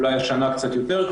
אולי השנה יש קצת יותר,